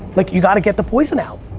like you got to get the poison out.